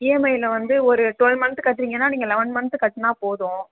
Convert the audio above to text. இஎம்ஐயில் வந்து ஒரு டுவெல் மன்த்து கட்டுகிறீங்கன்னா நீங்கள் லெவன் மன்த்து கட்டினா போதும்